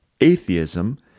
Atheism